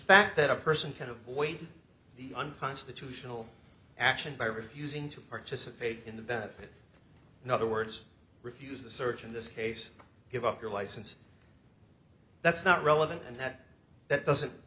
fact that a person can avoid the unconstitutional action by refusing to participate in the benefit in other words refuse the search in this case give up your license that's not relevant and that that doesn't